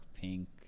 pink